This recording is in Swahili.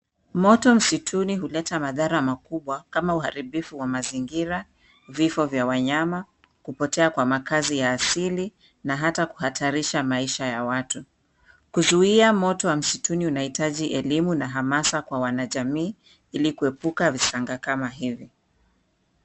Moto msituni huleta madhara makubwa kama uharibifu wa mazingira, vifo vya wanyama, kupotea kwa makazi ya asili na hata kuhatarisha maisha ya watu. Kuzuia moto wa msituni unahitaji elimu na hamasa kwa wanajamii ili kuepuka visanga kama hivi.